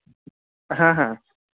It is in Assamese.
হাঁ হাঁ